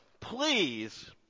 Please